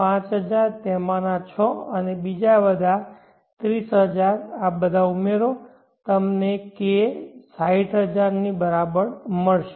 5000 તેમાંના 6 અને બીજા 30000 આ બધા ઉમેરો તમને K 60000 ની બરાબર મળશે